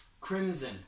crimson